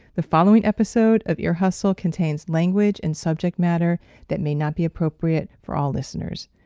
the following episode of ear hustle contains language and subject matter that may not be appropriate for all listeners.